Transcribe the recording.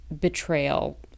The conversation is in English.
betrayal